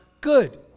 good